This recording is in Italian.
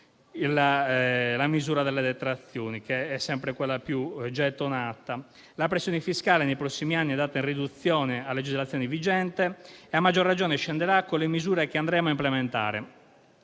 La pressione fiscale, nei prossimi anni, è data in riduzione a legislazione vigente e a maggior ragione scenderà con le misure che andremo a implementare.